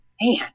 man